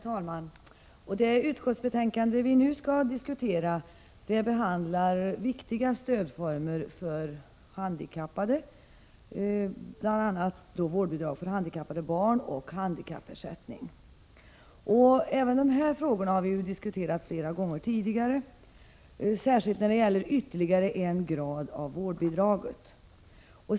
Herr talman! Det utskottsbetänkande vi nu skall diskutera behandlar viktiga stödformer för handikappade, bl.a. vårdbidrag till handikappade barn och handikappersättning. Även dessa frågor har vi diskuterat flera gånger tidigare, särskilt när det gäller ytterligare en grad av vårdbidrag.